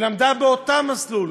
ולמדה באותו מסלול,